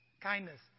kindness